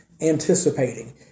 anticipating